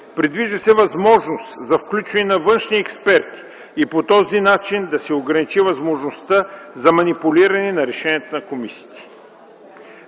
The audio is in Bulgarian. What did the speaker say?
Предвижда се възможност за включване на външни експерти и по този начин да се ограничи възможността за манипулиране на решенията на комисиите.